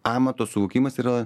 amato suvokimas yra